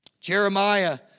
Jeremiah